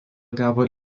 gavo